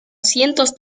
cientos